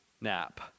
nap